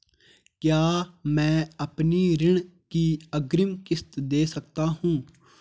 क्या मैं अपनी ऋण की अग्रिम किश्त दें सकता हूँ?